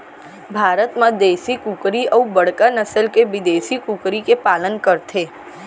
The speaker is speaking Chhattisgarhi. भारत म देसी कुकरी अउ बड़का नसल के बिदेसी कुकरी के पालन करथे